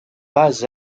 pas